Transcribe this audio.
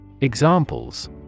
Examples